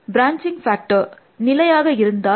branching factor நிலையாக இருந்தால்